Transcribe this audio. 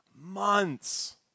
months